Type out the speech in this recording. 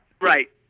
Right